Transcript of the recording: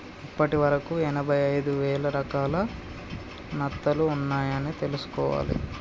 ఇప్పటి వరకు ఎనభై ఐదు వేల రకాల నత్తలు ఉన్నాయ్ అని తెలుసుకోవాలి